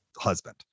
husband